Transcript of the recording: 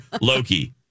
Loki